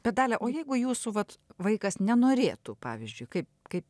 bet dalia o jeigu jūsų vat vaikas nenorėtų pavyzdžiui kaip kaip